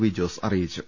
P Jose അറിയിച്ചു